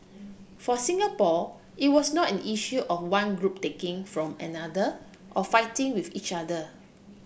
for Singapore it was not an issue of one group taking from another or fighting with each other